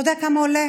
אתה יודע כמה עולה